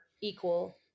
equal